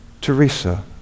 Teresa